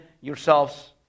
yourselves